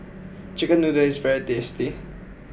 Chicken Noodles is very tasty